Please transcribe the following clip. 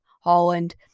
Holland